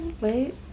Wait